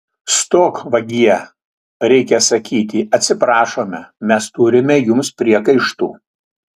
stok vagie reikia sakyti atsiprašome mes turime jums priekaištų